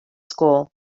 school